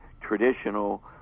traditional